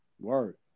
word